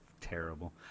Terrible